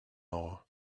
hour